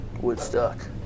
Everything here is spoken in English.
Woodstock